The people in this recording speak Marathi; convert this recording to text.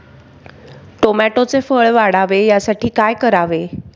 टोमॅटोचे फळ वाढावे यासाठी काय करावे?